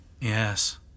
Yes